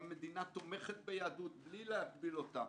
והמדינה תומכת ביהדות בלי להגביל אותה.